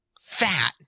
fat